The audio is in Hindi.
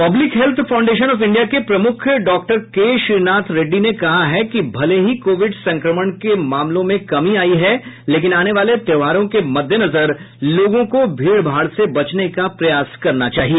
public health foundation of India के प्रमुख डॉक्टर के श्रीनाथ रेड्डी ने कहा है कि भले ही कोविड संक्रमण के मामलों में कमी आयी है लेकिन आने वाले त्योहारों के मद्देनजर लोगों को भीड़ भाड़ से बचने का प्रयास करना चाहिए